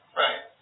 right